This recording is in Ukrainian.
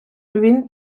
він